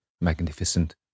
magnificent